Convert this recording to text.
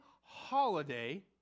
holiday